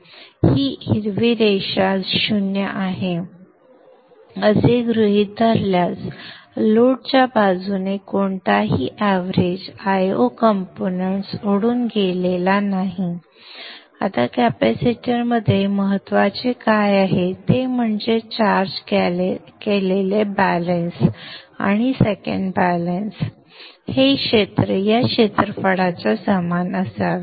ही हिरवी रेषा ० आहे असे गृहीत धरल्यास लोडच्या बाजूने कोणताही एव्हरेज Io कंपोनेंट्स उडून गेला नाही आता कॅपेसिटरमध्ये महत्त्वाचे काय आहे ते म्हणजे चार्ज केलेले बॅलेन्स आणि सेकंड बॅलेन्स साठी हे क्षेत्र या क्षेत्रफळाच्या समान असावे